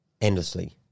endlessly